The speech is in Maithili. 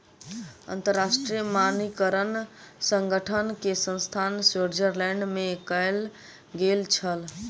अंतरराष्ट्रीय मानकीकरण संगठन के स्थापना स्विट्ज़रलैंड में कयल गेल छल